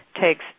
takes